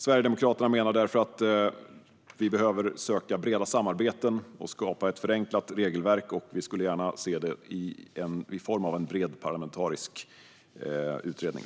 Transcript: Sverigedemokraterna menar därför att vi behöver söka breda samarbeten och skapa ett förenklat regelverk, och vi skulle gärna se det i form av en bred parlamentarisk utredning.